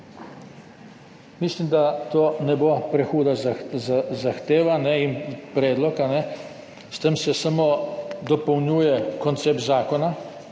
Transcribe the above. Mislim, da to ne bo prehuda zahteva in predlog. S tem se samo dopolnjuje koncept zakona,